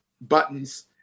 buttons